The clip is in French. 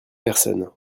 personne